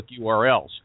URLs